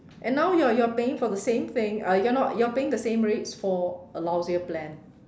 and now you're you're paying for the same thing uh you're not you're paying the same rates for a lousier plan